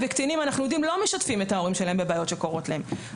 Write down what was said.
אנחנו גם יודעים שקטינים לא משתפים את ההורים שלהם בבעיות שקורות להם.